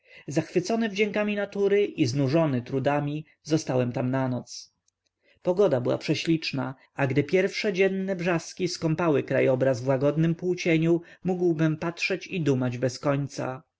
zachwycony wdziękami natury i znużony trudami zostałem tam na noc pogoda była prześliczna a gdy pierwsze dzienne brzaski skąpały krajobraz w łagodnym półcieniu mógłbym patrzeć i dumać bez końca